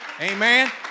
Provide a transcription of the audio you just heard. Amen